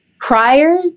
prior